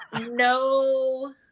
No